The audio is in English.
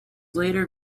later